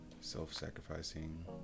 self-sacrificing